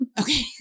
Okay